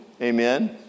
Amen